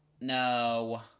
No